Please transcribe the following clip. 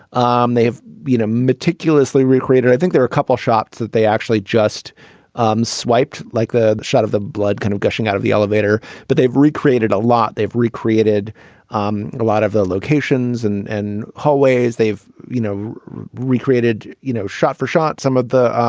um they have been a meticulously recreated. i think there are a couple shots that they actually just um swiped like the shot of the blood kind of gushing out of the elevator but they've recreated a lot they've recreated um a lot of the locations and and hallways they've you know recreated you know shot for shot some of the